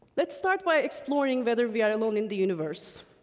let's start by exploring whether we are alone in the universe.